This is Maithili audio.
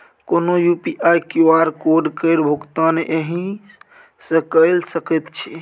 कोनो यु.पी.आई क्यु.आर केर भुगतान एहिसँ कए सकैत छी